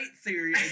theory